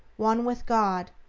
one with god,